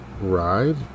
ride